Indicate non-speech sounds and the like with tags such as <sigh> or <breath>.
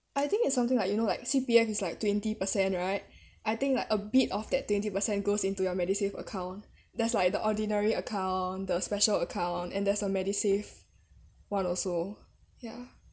I think it's something like you know like C_P_F is like twenty percent right <breath> I think like a bit of that twenty percent goes into your MediSave account there's like the ordinary account the special account and there's a MediSave [one] also ya